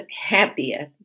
happier